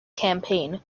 campaign